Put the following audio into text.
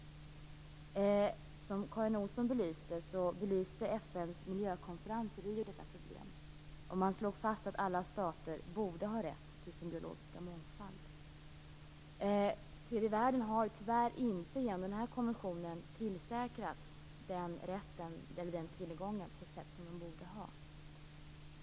Som Karin Olsson sade belyste FN:s miljökonferens i Rio detta problem. Man slog då fast att alla stater borde ha rätt till sin biologiska mångfald. Tyvärr har inte tredje världen genom denna konvention tillförsäkrats den tillgången på det sätt som man borde ha.